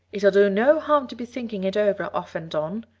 it'll do no harm to be thinking it over off and on,